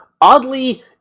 Oddly